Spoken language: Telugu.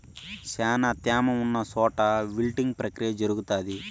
శ్యానా త్యామ ఉన్న చోట విల్టింగ్ ప్రక్రియ జరుగుతాది